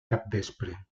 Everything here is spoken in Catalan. capvespre